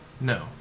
No